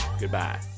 goodbye